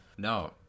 No